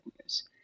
news